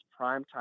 primetime